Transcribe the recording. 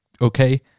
Okay